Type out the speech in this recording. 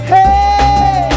Hey